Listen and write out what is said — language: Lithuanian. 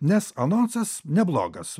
nes anonsas neblogas